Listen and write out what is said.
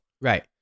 right